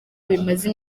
bimaze